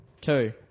Two